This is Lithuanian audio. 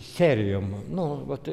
serijom nu vat